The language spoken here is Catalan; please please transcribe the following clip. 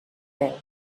veu